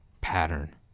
Pattern